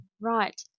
Right